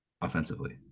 offensively